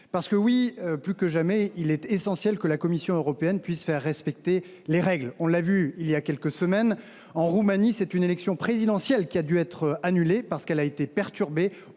avez évoqués. Plus que jamais, il est essentiel que la Commission européenne puisse faire respecter ces règles. Il y a quelques semaines, en Roumanie, l’élection présidentielle a dû être annulée parce qu’elle avait été perturbée